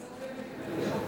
11, אין מתנגדים, אין נמנעים.